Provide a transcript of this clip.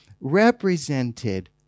represented